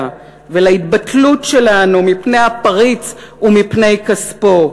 ולהתבטלות שלנו מפני הפריץ ומפני כספו.